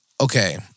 okay